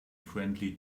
friendly